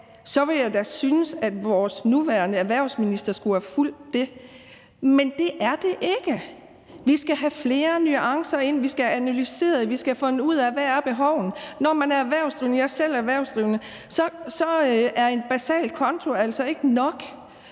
så ville jeg da synes, at vores nuværende erhvervsminister skulle have fulgt det. Men det er det ikke. Vi skal have flere nuancer ind, vi skal have analyseret det, og vi skal have fundet ud af, hvad behovene er. Når man er erhvervsdrivende – jeg er selv erhvervsdrivende